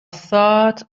thought